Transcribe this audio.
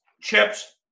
chips